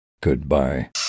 Goodbye